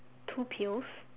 two pills